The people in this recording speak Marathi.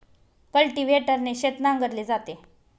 कल्टिव्हेटरने शेत नांगरले जाते